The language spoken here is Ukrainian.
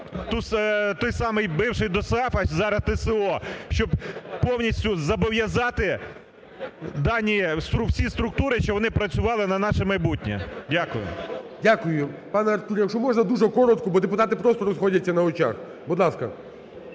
той самий бувший досеафовець, зараз ТСО, щоб повністю зобов'язати дані ці структури, щоб вони працювали на наше майбутнє. Дякую. ГОЛОВУЮЧИЙ. Дякую. Пане Артур, якщо можна, дуже коротко, бо депутати просто розходяться на очах. Будь ласка.